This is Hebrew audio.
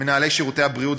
מנהלי שירותי הבריאות,